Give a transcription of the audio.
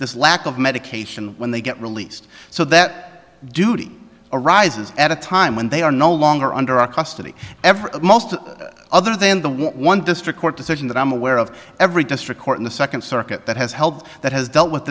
this lack of medication when they get released so that duty arises at a time when they are no longer under a custody ever most other than the one district court decision that i'm aware of every district court in the second circuit that has held that has dealt with